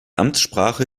amtssprache